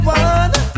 one